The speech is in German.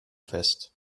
fest